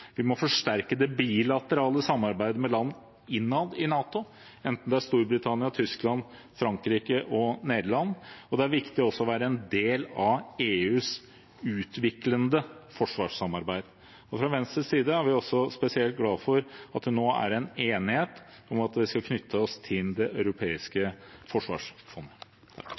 Vi må forsterke det bilaterale samarbeidet med land innad i NATO, enten det er Storbritannia, Tyskland, Frankrike eller Nederland. Det er også viktig å være en del av EUs utviklende forsvarssamarbeid, og fra Venstres side er vi spesielt glade for at det nå er enighet om at vi skal knytte oss til Det europeiske forsvarsfondet.